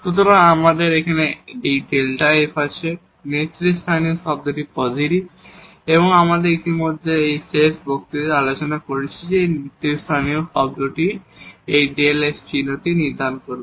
সুতরাং আমাদের এই Δ f আছে লিডিং টার্মটি পজিটিভ এবং আমরা ইতিমধ্যে শেষ বক্তৃতায় আলোচনা করেছি যে এই লিডিং টার্মটি এই Δ f এর চিহ্ন নির্ধারণ করবে